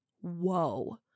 Whoa